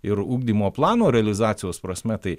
ir ugdymo plano realizacijos prasme tai